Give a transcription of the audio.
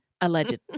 alleged